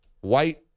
White